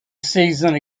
season